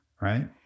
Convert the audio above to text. right